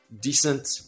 decent